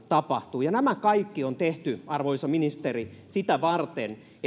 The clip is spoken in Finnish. tapahtuu ja nämä kaikki on tehty arvoisa ministeri sitä varten että